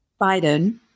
Biden